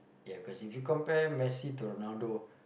ya cause if you compare Messi to Ronaldo